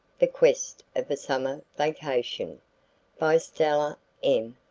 the quest of a summer vacation by stella m.